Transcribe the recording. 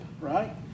right